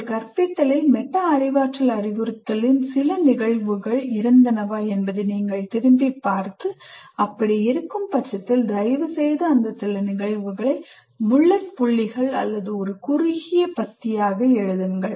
உங்கள் கற்பித்தலில் மெட்டா அறிவாற்றல் அறிவுறுத்தலின் சில நிகழ்வுகள் இருந்தனவா என்பதை நீங்கள் திரும்பிப் பார்த்து அப்படி இருக்கும் பட்சத்தில் தயவுசெய்து அந்த சில நிகழ்வுகளை புல்லட் புள்ளிகள் அல்லது ஒரு குறுகிய பத்தியாக எழுதுங்கள்